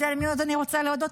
אתה יודע למי עוד אני רוצה להודות?